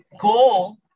goal